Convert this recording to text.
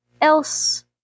else